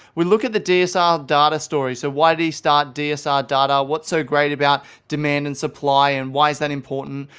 we look at the dsr data story, so why did he start dsr data? what's so great about about demand and supply and why is that important?